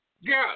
Yes